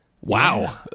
Wow